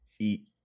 eat